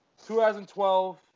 2012